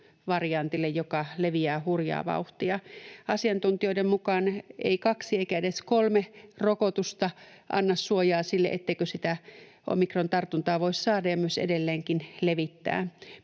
omikronvariantille, joka leviää hurjaa vauhtia. Asiantuntijoiden mukaan ei kaksi eikä edes kolme rokotusta anna suojaa sille, etteikö sitä omikrontartuntaa voi saada ja myös edelleenkin levittää.